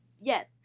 yes